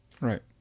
Right